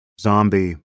zombie